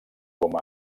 com